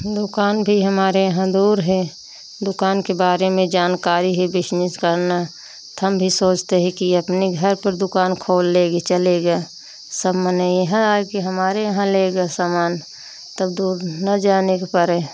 दुकान भी हमारे यहाँ दूर है दुकान के बारे में जानकारी ही बिसनेस करना थम भी सोचते हैं कि अपने घर पर दुकान खोल लेगी चलेगा सब माने यहाँ आकर हमारे यहाँ लेगा सामान तब दूर ना जाने के परे